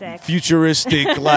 Futuristic